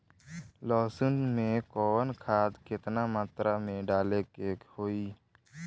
लहसुन में कवन खाद केतना मात्रा में डाले के होई?